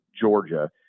Georgia